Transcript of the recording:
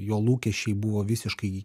jo lūkesčiai buvo visiškai